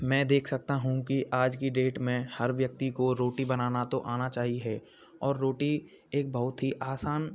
मैं देख सकता हूँ कि आज की डेट में हर व्यक्ति को रोटी बनाना तो आना चाही है और रोटी एक बहुत ही आसान